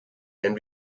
and